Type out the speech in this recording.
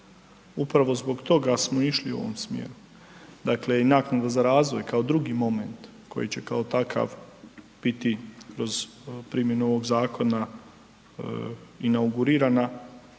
upravo zbog toga smo išli u ovom smjeru. Dakle i naknade za razvoj kao drugi moment koji će kao takav biti kroz primjenu ovog zakona inaugurirana